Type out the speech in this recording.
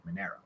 Monero